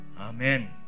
Amen